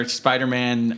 spider-man